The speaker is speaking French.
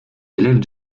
élèves